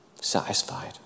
satisfied